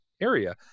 area